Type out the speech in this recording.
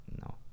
no